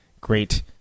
Great